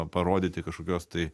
parodyti kažkokios tai